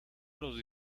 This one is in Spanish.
los